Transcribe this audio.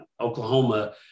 Oklahoma